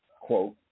quote